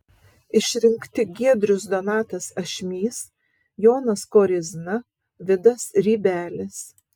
išrinkti giedrius donatas ašmys jonas koryzna vidas rybelis